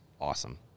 Awesome